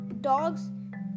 dogs